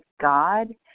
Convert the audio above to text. God